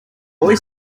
boy